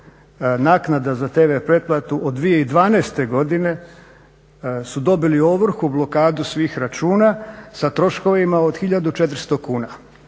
naknada za tv pretplatu od 2012. godine su dobili ovrhu, blokadu svih računa sa troškovima od hiljadu